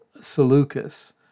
Seleucus